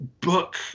book